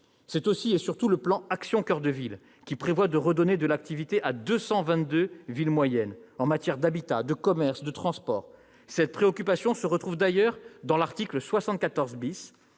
C'est aussi surtout le plan « Action coeur de ville », qui prévoit de redonner de l'attractivité à 222 villes moyennes en matière d'habitat, de commerce, de transports. Cette préoccupation se retrouve d'ailleurs dans l'article 74